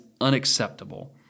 unacceptable